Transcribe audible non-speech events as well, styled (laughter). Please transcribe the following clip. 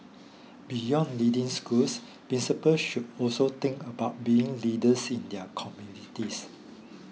beyond leading schools (unintelligible) should also think about being leaders in (unintelligible) communities